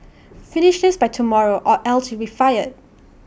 finish this by tomorrow or else you'll be fired